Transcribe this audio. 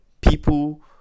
people